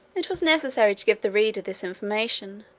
it was necessary to give the reader this information,